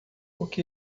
que